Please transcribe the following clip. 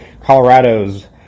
Colorado's